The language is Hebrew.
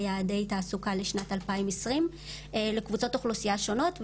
יעדי תעסוקה לשנת 2020 לקבוצות אוכלוסייה שונות.